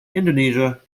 indonesia